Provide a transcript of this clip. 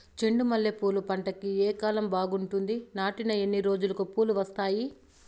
చెండు మల్లె పూలు పంట కి ఏ కాలం బాగుంటుంది నాటిన ఎన్ని రోజులకు పూలు వస్తాయి